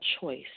choice